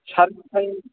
सार ओमफ्राय